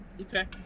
Okay